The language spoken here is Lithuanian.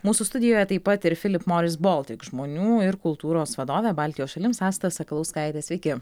mūsų studijoje taip pat ir philip morris baltic žmonių ir kultūros vadovė baltijos šalims asta sakalauskaitė sveiki